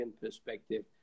perspective